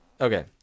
okay